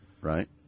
right